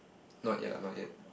not yet lah not yet